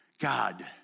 God